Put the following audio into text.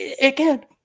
again